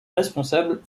responsable